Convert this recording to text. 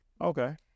Okay